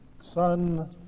son